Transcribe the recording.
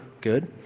good